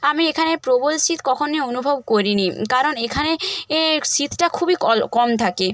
আমি এখানে প্রবল শীত কখনোই অনুভব করি নি কারণ এখানে এ শীতটা খুবই কল কম থাকে